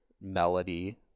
melody